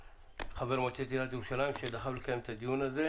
חבר מועצת עירית ירושלים שדחף לקדם את הדיון הזה.